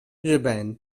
日本